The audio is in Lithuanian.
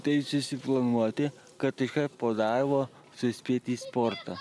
tai susiplanuoti kad iškart po darbo suspėt į sportą